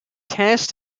tasked